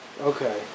Okay